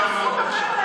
מה שאמרת עכשיו.